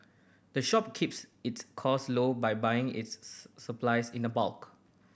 the shop keeps its costs low by buying its supplies in the bulk